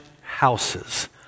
houses